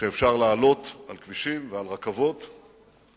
שאפשר לעלות על כבישים ועל רכבות ולנסוע,